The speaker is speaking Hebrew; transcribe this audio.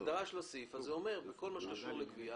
הסעיף הזה קובע: בכל מה שקשור לגבייה